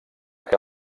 que